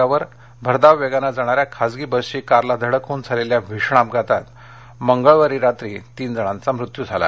माजलगाव परभणी महामार्गावर भरधाव वेगाने जाणाऱ्या खासगी बसची कारला धडक होऊन झालेल्या भीषण अपघातात मंगळवारी रात्री तीन जणांचा मृत्यू झाला